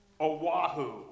Oahu